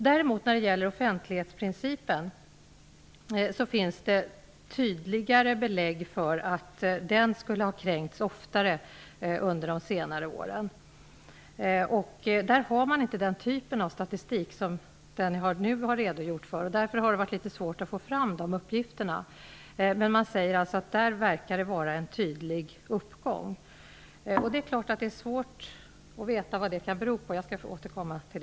När det däremot gäller offentlighetsprincipen finns det tydliga belägg för att den skulle ha kränkts oftare under senare år. Där har man inte den typen av statistik som jag nu redovisade. Det är därför svårt att få fram uppgifter. Men det verkar vara en tydlig uppgång. Det är klart att det är svårt att veta vad denna kan bero på, men det får jag återkomma till.